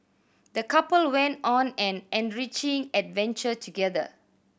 the couple went on an enriching adventure together